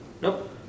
Nope